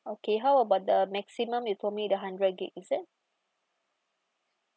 okay how about the maximum you told me the hundred gig is it